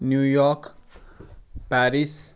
New York Paris